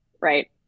Right